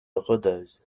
rodez